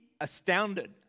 astounded